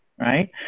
right